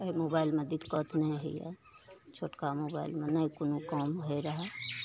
अइ मोबाइलमे दिक्कत नहि होइए छोटका मोबाइलमे नहि कोनो काम होइ रहए